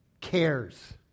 cares